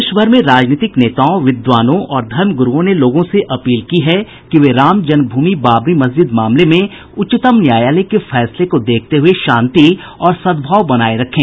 देशभर में राजनीतिक नेताओं विद्वानों और धर्म गुरूओं ने लोगों से अपील की है कि वे रामजन्म भूमि बाबरी मस्जिद मामले में उच्चतम न्यायालय के फैसले को देखते हुए शांति और सद्भाव बनाए रखें